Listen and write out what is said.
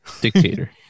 dictator